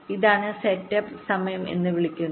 ഇതാണ് സെറ്റപ്പ് സമയം എന്ന് വിളിക്കപ്പെടുന്നത്